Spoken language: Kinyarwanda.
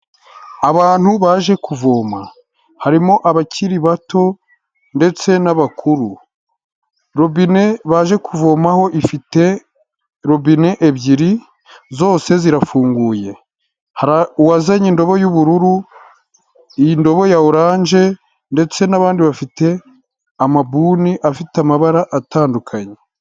Abantu baje kuvoma harimo abakiri bato ndetse n'abakuru, robine baje kuvomaho ifite robine ebyiri zose zirafunguye, hari uwazanye indobo y'ubururu indobo ya oranje ndetse n'abandi bafite amabuni afite amabara atandukanye.